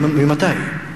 ממתי?